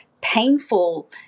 painful